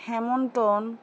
Hamilton